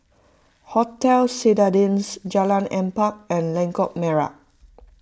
Hotel Citadines Jalan Empat and Lengkok Merak